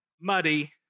muddy